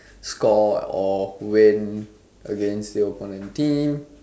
score or win against the opponent team